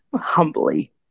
humbly